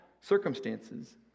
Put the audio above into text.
circumstances